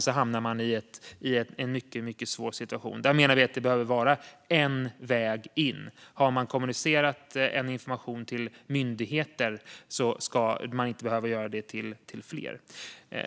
Då hamnar man i en mycket svår situation. Där menar vi att det bör vara en väg in. Har man kommunicerat en information till en myndighet ska man inte behöva göra det till fler.